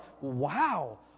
wow